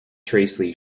tracy